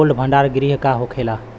Cold भण्डार गृह का होखेला?